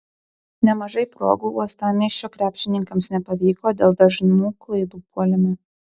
nemažai progų uostamiesčio krepšininkams nepavyko dėl dažnų klaidų puolime